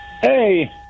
Hey